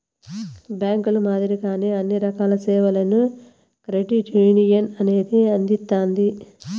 బ్యాంకుల మాదిరిగానే అన్ని రకాల సేవలను క్రెడిట్ యునియన్ అనేది అందిత్తాది